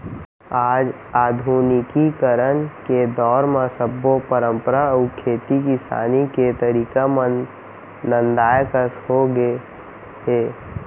आज आधुनिकीकरन के दौर म सब्बो परंपरा अउ खेती किसानी के तरीका मन नंदाए कस हो गए हे